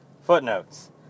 Footnotes